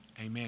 Amen